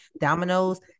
Dominoes